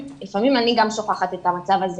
לפעמים אני גם שוכחת את המצב הזה,